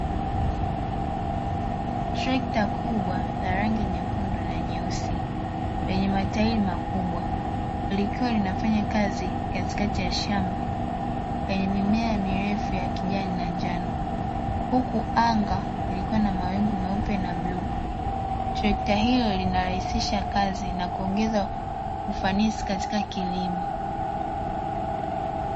Trekta kubwa la rangi nyekundu na nyeusi lenye mataili makubwa likiwa linafanya kazi katika ya shamba yenye mimea mirefu ya kijani na njano, huku anga likiwa na mawingu meupe na bluu trekta ilo linarahisisha kazi na kuongeza ufanisi katika kilimo.